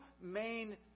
main